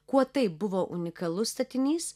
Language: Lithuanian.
kuo tai buvo unikalus statinys